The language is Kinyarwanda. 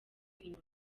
inyuma